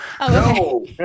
no